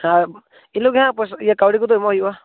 ᱦᱮᱸ ᱤᱱ ᱦᱤᱞᱳᱜ ᱜᱮ ᱦᱟᱜ ᱯᱚᱭᱥᱟ ᱤᱭᱟᱹ ᱠᱟᱹᱣᱰᱤ ᱠᱚᱫᱚ ᱮᱢᱚᱜ ᱦᱩᱭᱩᱜᱼᱟ